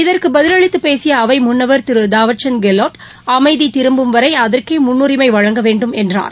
இதற்கு பதிலளித்து பேசிய அவை முன்னவர் திரு தவர்சந்த் கெலாட் அமைதி திரும்பும்வரை அதற்கே முன்னுரிமை வழங்க வேணடும் என்றார்